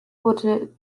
wurde